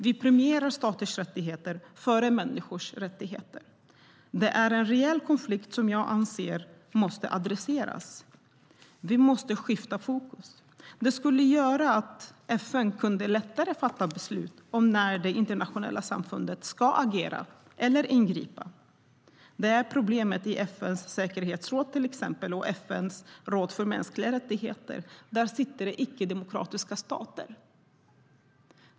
Vi premierar staters rättigheter före människors rättigheter. Det är en reell konflikt som jag anser måste adresseras. Vi måste skifta fokus. Det skulle göra att FN lättare kunde fatta beslut om när det internationella samfundet ska agera eller ingripa. Det är problemet i till exempel FN:s säkerhetsråd och FN:s råd för mänskliga rättigheter. Där sitter icke-demokratiska stater.